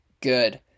good